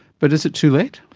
but is it too late?